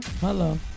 Hello